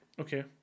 Okay